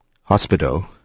hospital